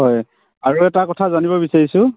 হয় আৰু এটা কথা জানিব বিচাৰিছোঁ